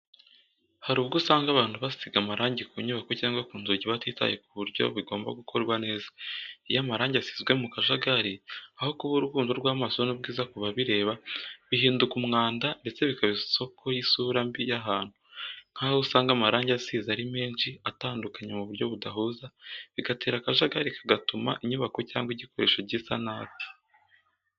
Hari ubwo usanga abantu basiga amarangi ku nyubako cyangwa ku nzugi batitaye ku buryo bigomba gukorwa neza. Iyo amarangi asizwe mu kajagari, aho kuba urukundo rw’amaso n’ubwiza kubabireba, bihinduka umwanda ndetse bikaba isoko y’isura mbi y’ahantu. Nk’aho usanga amarangi asize ari menshi atandukanye mu buryo budahuza, bigatera akajagari kagatuma inyubako cyangwa igikoresho gisa nabi.